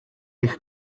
eich